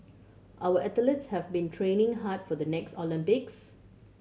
our athletes have been training hard for the next Olympics